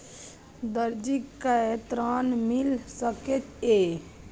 दर्जी कै ऋण मिल सके ये?